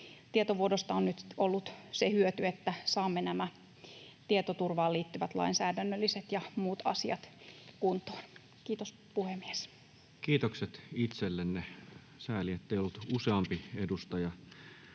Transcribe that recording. Vastaamo-tietovuodosta on nyt ollut se hyöty, että saamme nämä tietoturvaan liittyvät lainsäädännölliset ja muut asiat kuntoon. — Kiitos, puhemies. Kiitokset itsellenne. Sääli, ettei ollut useampi edustaja